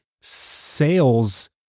sales